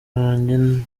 banjye